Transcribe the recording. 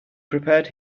prepared